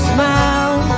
Smile